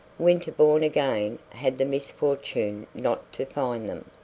winterbourne again had the misfortune not to find them.